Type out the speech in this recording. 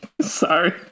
sorry